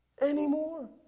anymore